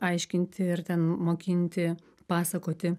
aiškinti ir ten mokinti pasakoti